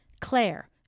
Claire